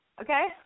Okay